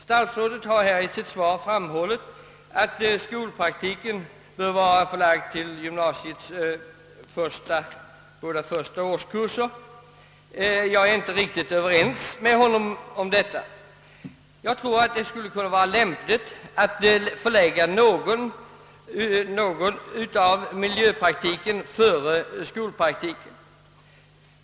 Statsrådet har framhållit att skolpraktiken bör vara förlagd till gymnasiets båda första årskurser. Jag är inte riktigt överens med honom härom. Jag tror att det skulle kunna vara lämpligt att förlägga en del av miljöpraktiken till tid före skolpraktiken.